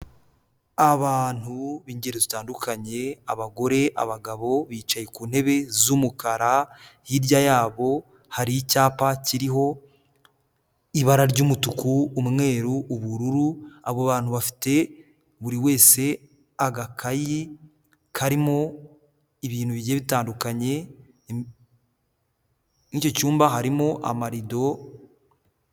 Abantu b'ingeri zitandukanye; abagore, abagabo, bicaye ku ntebe z'umukara, hirya yabo hari icyapa kiriho ibara ry'umutuku, umweru, ubururu, abo bantu bafite buri wese agakayi karimo ibintu bigiye bitandukanye, mu icyo cyumba harimo amarido...